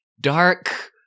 dark